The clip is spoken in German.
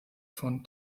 von